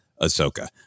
Ahsoka